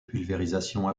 pulvérisation